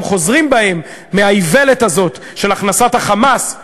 חוזרים בהם מהאיוולת הזאת של הכנסת ה"חמאס",